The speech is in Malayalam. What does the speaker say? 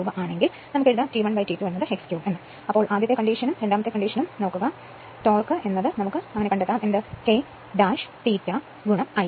അതിനാൽ ആദ്യത്തെ വ്യവസ്ഥയും ഇത് രണ്ടാമത്തെ അവസ്ഥയുമാണ് ടോർക്ക് K ∅ Ia